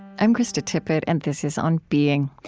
i'm krista tippett, and this is on being.